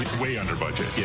way under budget. yeah.